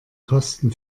kosten